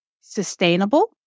sustainable